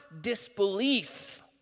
disbelief